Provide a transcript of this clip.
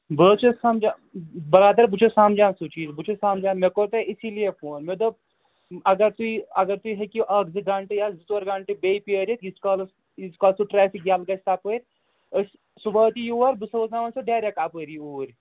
بہٕ حظ چھُس سَمجان برادَر بہٕ چھُس سَمجان سُہ چیٖز بہٕ چھُس سمجان مےٚ کوٚر تۄہہِ اسی لیے فون مےٚ دوٚپ اگر تُہۍ اگر تُہۍ ہیٚکِو اَکھ زٕ گَنٹہٕ یا زٕ ژور گنٛٹہٕ بیٚیہِ پیٛٲرِتھ ییٖتِس کالَس ییٖتِس کالَس سُہ ٹرٛیفِک ییٚلہٕ گژھِ تپٲرۍ أسۍ سُہ واتہِ یور بہٕ سوزناوَن سُہ ڈٮ۪رٮ۪ک اَپٲری اوٗرۍ